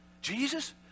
Jesus